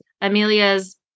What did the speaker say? amelia's